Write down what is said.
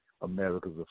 America's